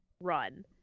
run